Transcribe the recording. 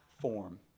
form